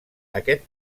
aquest